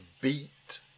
beat